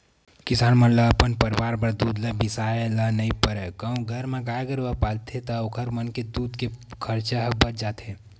किसान मन ल अपन परवार बर दूद ल बिसाए ल नइ परय कहूं घर म गाय गरु पालथे ता ओखर मन के दूद के खरचा ह बाच जाथे